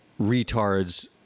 retards